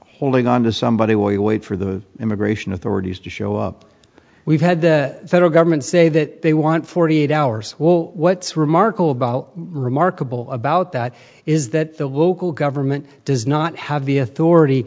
holding on to somebody while you wait for the immigration authorities to show up we've had the federal government say that they want forty eight hours well what's remarkable about remarkable about that is that the local government does not have the authority